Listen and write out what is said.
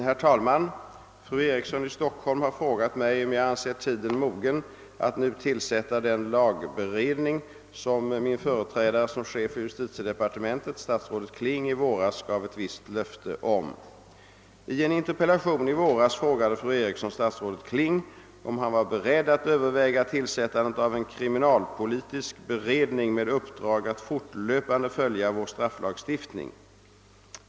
Herr talman! Fru Eriksson i Stockholm har frågat mig om jag anser tiden mogen att nu tillsätta den lagberedning som min företrädare som chef för = justitiedepartementet, statsrådet Kling, i våras gav ett visst löfte om. I en interpellation i våras frågade fru Eriksson statsrådet Kling om han var beredd att överväga tillsättandet av en kriminalpolitisk beredning med uppdrag att fortlöpande följa vår strafflagstiftning.